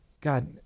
God